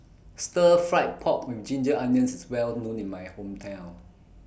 Stir Fried Pork with Ginger Onions IS Well known in My Hometown